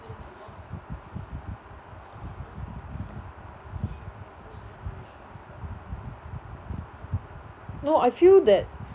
no I feel that